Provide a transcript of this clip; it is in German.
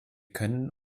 können